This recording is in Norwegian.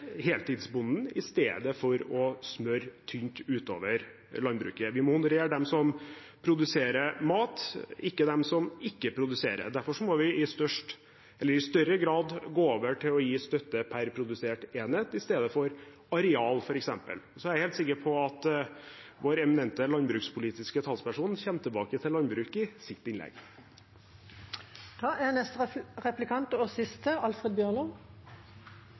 heltidsbonden, i stedet for å smøre midler tynt utover landbruket. Vi må honorere dem som produserer mat, ikke dem som ikke produserer. Derfor må vi i større grad gå over til å gi støtte pr. produsert enhet, i stedet for pr. areal, f.eks. Jeg er sikker på at vår eminente landbrukspolitiske talsperson kommer tilbake til landbruket i sitt innlegg. Beklagar at eg gjekk bort frå talarstolen i stad, president. Det skal ikkje gjenta seg. Representanten Bjørnstad sitt parti og